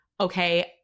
okay